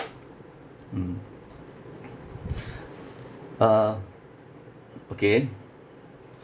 mm uh okay